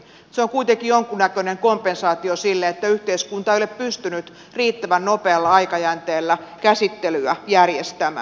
se on kuitenkin jonkinnäköinen kompensaatio sille että yhteiskunta ei ole pystynyt riittävän nopealla aikajänteellä käsittelyä järjestämään